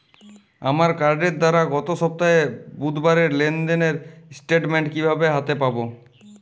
আমার কার্ডের দ্বারা গত সপ্তাহের বুধবারের লেনদেনের স্টেটমেন্ট কীভাবে হাতে পাব?